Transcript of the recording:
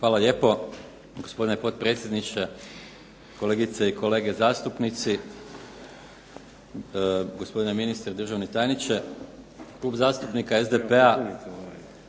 Hvala lijepo. Gospodine potpredsjedniče, kolegice i kolege zastupnici, gospodine ministre, državni tajniče. Klub zastupnika SDP-a